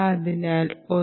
അതിനാൽ 1